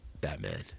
Batman